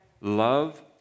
Love